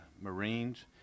marines